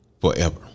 forever